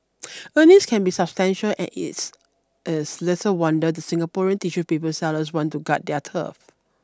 earnings can be substantial and it's is little wonder the Singaporean tissue paper sellers want to guard their turf